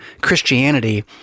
Christianity